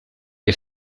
che